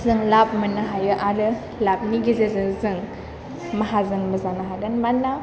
जों लाब मोन्नो हायो आरो लाबनि गेजेरजों जों माहाजोनबो जानो हागोन मानोना